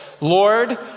Lord